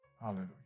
Hallelujah